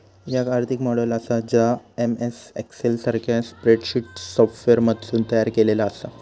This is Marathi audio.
याक आर्थिक मॉडेल आसा जा एम.एस एक्सेल सारख्या स्प्रेडशीट सॉफ्टवेअरमधसून तयार केलेला आसा